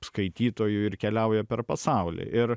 skaitytojų ir keliauja per pasaulį ir